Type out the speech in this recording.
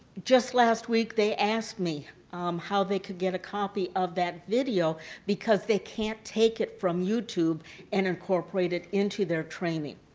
just last week they asked me how they could get a copy of that video because they can't take it from youtube and incorporate it into their training.